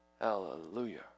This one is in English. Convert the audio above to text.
Hallelujah